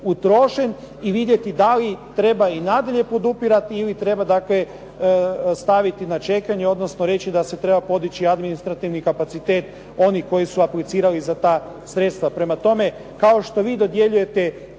utrošen i vidjeti da li treba i nadalje podupirati ili treba dakle staviti na čekanje, odnosno reći da se treba podići administrativni kapacitet onih koji su aplicirali za ta sredstva. Prema tome, kao što vi dodjeljujete